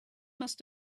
must